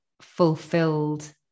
fulfilled